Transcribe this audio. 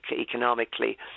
economically